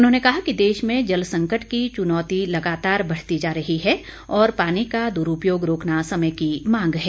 उन्होंने कहा कि देश में जल संकट की चुनौती लगातार बढ़ती जा रही है और पानी का दुरूपयोग रोकना समय की मांग है